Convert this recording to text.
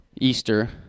Easter